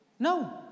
No